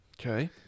Okay